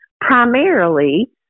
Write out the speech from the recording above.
primarily